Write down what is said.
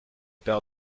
peur